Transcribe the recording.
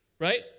Right